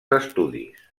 estudis